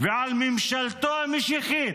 ועל ממשלתו המשיחית.